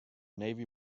navy